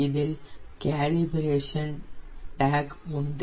இதில் calibration tag உண்டு